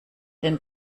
den